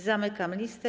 Zamykam listę.